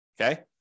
okay